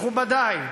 מכובדי,